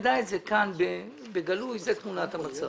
שנדע את זה כאן בגלוי שזו תמונת המצב.